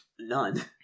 None